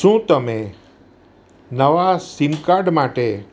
શું તમે નવા સિમ કાર્ડ માટે